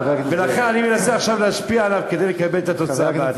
ולכן אני מנסה עכשיו להשפיע עליו כדי לקבל את התוצאה בעתיד.